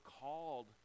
called